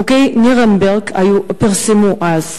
חוקי נירנברג פורסמו אז.